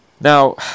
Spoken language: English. Now